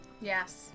Yes